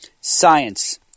science